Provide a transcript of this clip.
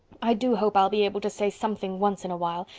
i do hope i'll be able to say something once in a while,